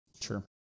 Sure